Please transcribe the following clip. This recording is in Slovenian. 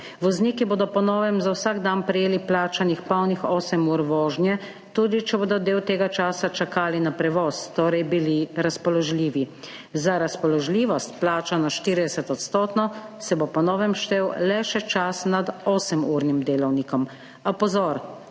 Vozniki bodo po novem za vsak dan prejeli plačanih polnih osem ur vožnje, tudi če bodo del tega časa čakali na prevoz, torej bili razpoložljivi. Za razpoložljivost, plačano 40-odstotno, se bo po novem štel le še čas nad osemurnim delovnikom, a pozor,